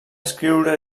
escriure